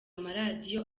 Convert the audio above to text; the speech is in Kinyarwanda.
amaradiyo